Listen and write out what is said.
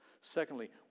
Secondly